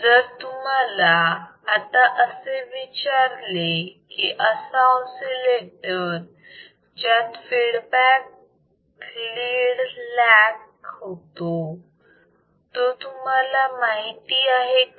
जर तुम्हाला आता असे विचारले की असा ऑसिलेटर जात फीडबॅक लीड लॅग होतो तो तुम्हाला माहिती आहे का